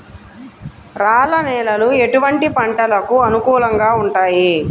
రాళ్ల నేలలు ఎటువంటి పంటలకు అనుకూలంగా ఉంటాయి?